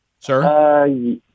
Sir